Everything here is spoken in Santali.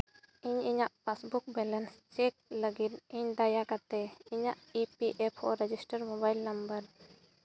ᱤᱧ ᱤᱧᱟᱹᱜ ᱯᱟᱥᱵᱩᱠ ᱵᱮᱞᱮᱱᱥ ᱪᱮᱠ ᱞᱟᱹᱜᱤᱫ ᱤᱧ ᱫᱟᱭᱟ ᱠᱟᱛᱮᱫ ᱤᱧᱟᱹᱜ E P F O register mobile number